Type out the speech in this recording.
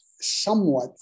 somewhat